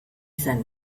zen